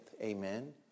Amen